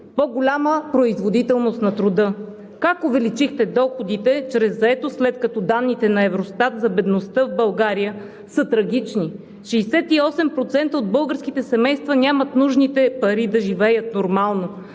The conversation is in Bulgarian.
по-голяма производителност на труда. Как увеличихте доходите чрез заетост, след като данните на Евростат за бедността в България са трагични?! 68% от българските семейства нямат нужните пари да живеят нормално,